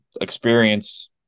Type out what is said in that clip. experience